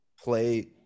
play